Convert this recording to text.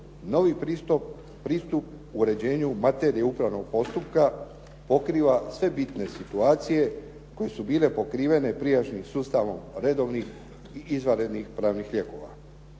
novi pristup uređenju materije upravnog postupka pokriva sve bitne situacije koje su bile pokrivene prijašnjim sustavom redovnih i izvanrednih pravnih lijekova.